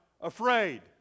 afraid